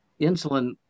insulin